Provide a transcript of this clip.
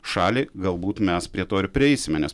šalį galbūt mes prie to ir prieisime nes